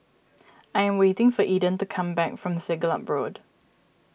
I am waiting for Eden to come back from Siglap Road